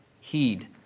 heed